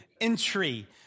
entry